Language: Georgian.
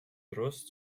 დროს